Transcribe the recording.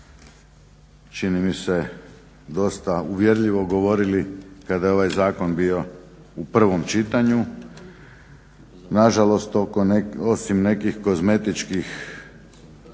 čini mi se dosta uvjerljivo govorili kada je ovaj zakon bio u prvom čitanju. Nažalost, osim nekih kozmetičkih